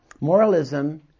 Moralism